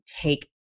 take